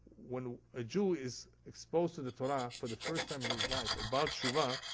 when a jew is exposed to the torah for the first time in his life, a ba'al teshuva,